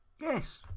Yes